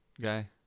guy